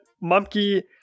Monkey